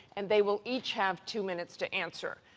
and they will each have two minutes to answer.